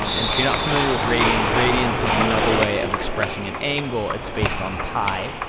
um and if you're not familiar with radians, radians is another way of expressing an angle, it's based on pi,